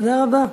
תודה רבה.